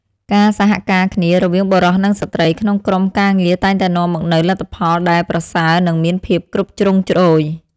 ការសហការគ្នារវាងបុរសនិងស្ត្រីក្នុងក្រុមការងារតែងតែនាំមកនូវលទ្ធផលដែលប្រសើរនិងមានភាពគ្រប់ជ្រុងជ្រោយ។